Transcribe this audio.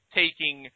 taking